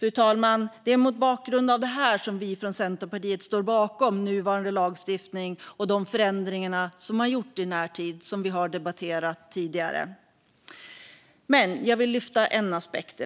Fru talman! Det är mot bakgrund av detta som vi i Centerpartiet står bakom nuvarande lagstiftning och de förändringar som gjorts i närtid, som vi debatterat tidigare. Men jag vill lyfta fram en aspekt.